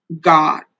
God